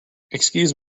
excuse